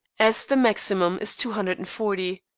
as the maximum is two hundred and forty